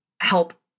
help